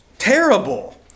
Terrible